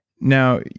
Now